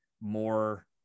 more